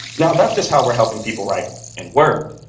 now, that's just how we're helping people write in word.